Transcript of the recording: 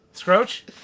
Scrooge